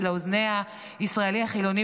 שלאוזני הישראלי החילוני,